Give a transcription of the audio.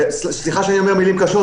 יכולים להיות כל מיני מדדים.